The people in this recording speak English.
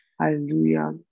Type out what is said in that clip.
Hallelujah